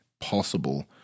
possible